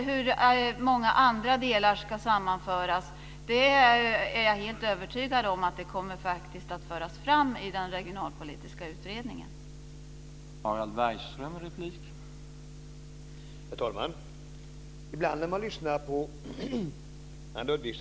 Hur andra delar ska sammanföras är jag övertygad om att den regionalpolitiska utredningen kommer att föra fram.